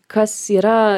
kas yra